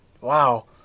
Wow